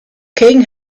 king